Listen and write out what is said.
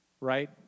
right